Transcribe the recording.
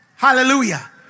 Hallelujah